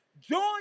Join